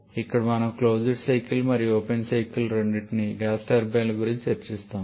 ఇక్కడ మనం closed cycle మరియు ఓపెన్ సైకిల్ రెండింటినీ గ్యాస్ టర్బైన్ల గురించి చర్చిస్తాము